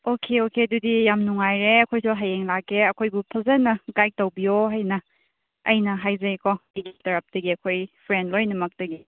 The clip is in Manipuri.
ꯑꯣꯀꯦ ꯑꯣꯀꯦ ꯑꯗꯨꯗꯤ ꯌꯥꯝ ꯅꯨꯡꯉꯥꯏꯔꯦ ꯑꯩꯈꯣꯏꯁꯨ ꯍꯌꯦꯡ ꯂꯥꯛꯀꯦ ꯑꯩꯈꯣꯏꯕꯨ ꯐꯖꯅ ꯒꯥꯏꯗ ꯇꯧꯕꯤꯌꯣ ꯍꯥꯏꯅ ꯑꯩꯅ ꯍꯥꯏꯖꯩꯀꯣ ꯑꯩꯒꯤ ꯇꯔꯐꯇꯒꯤ ꯑꯩꯈꯣꯏ ꯐ꯭ꯔꯦꯟ ꯂꯣꯏꯅ ꯃꯛꯇꯒꯤ